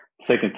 second